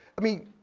i mean,